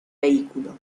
vehículo